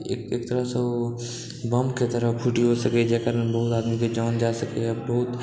एक तरहसँ ओ बमके तरह फूटिओ सकै छै जखन बहुत आदमीके जान जा सकैए बहुत